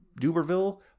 Duberville